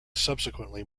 subsequently